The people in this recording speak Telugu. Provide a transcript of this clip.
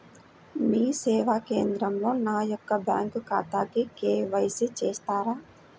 మీ సేవా కేంద్రంలో నా యొక్క బ్యాంకు ఖాతాకి కే.వై.సి చేస్తారా?